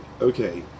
okay